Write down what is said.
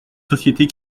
sociétés